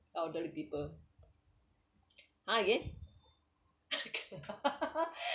elderly people again hor again okay